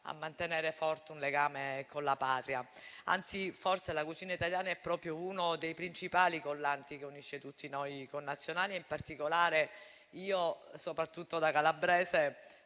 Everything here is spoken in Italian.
a mantenere forte un legame con la Patria. Anzi, forse la cucina italiana è proprio uno dei principali collanti che unisce tutti noi connazionali. Io in particolare, soprattutto da calabrese,